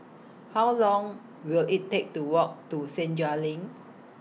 How Long Will IT Take to Walk to Senja LINK